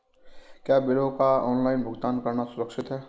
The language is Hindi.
क्या बिलों का ऑनलाइन भुगतान करना सुरक्षित है?